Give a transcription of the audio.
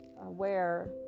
aware